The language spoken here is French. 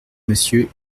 monsieur